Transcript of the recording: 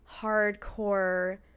hardcore